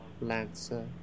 Lancer